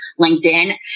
LinkedIn